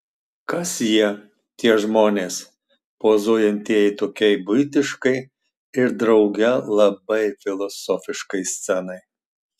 kas jie tie žmonės pozuojantieji tokiai buitiškai ir drauge labai filosofiškai scenai